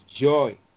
joy